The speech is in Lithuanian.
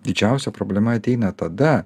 didžiausia problema ateina tada